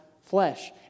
flesh